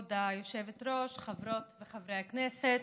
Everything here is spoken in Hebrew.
כבוד היושבת-ראש, חברות וחברי הכנסת,